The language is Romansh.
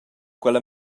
quella